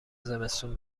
زمستون